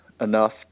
enough